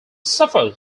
suffered